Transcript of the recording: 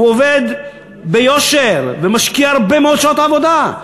הוא עובד ביושר ומשקיע הרבה מאוד שעות עבודה.